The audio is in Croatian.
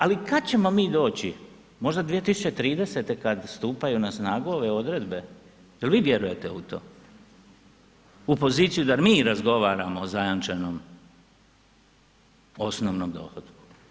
Ali kad ćemo mi doći, možda 2030. kad stupaju na snagu ove odredbe, jel vi vjerujete u to, u poziciju da mi razgovaramo o zajamčenom osnovnom dohotku.